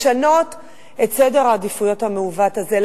לשנות את סדר העדיפויות המעוות הזה,